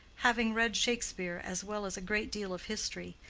having read shakespeare as well as a great deal of history,